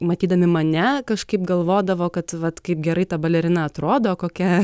matydami mane kažkaip galvodavo kad vat kaip gerai ta balerina atrodo kokia